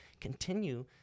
continue